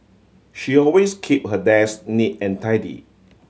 she always keep her desk neat and tidy